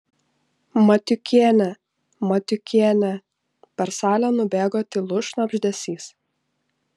matiukienė matiukienė per salę nubėgo tylus šnabždesys